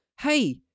hey